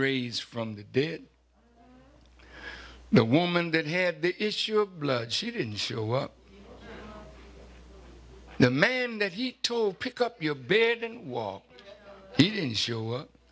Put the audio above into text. raise from the day the woman that had the issue of blood she didn't show up the man that he will pick up your bed and wall he didn't show up